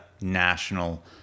National